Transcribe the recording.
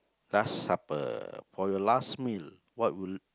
last supper for your last meal what will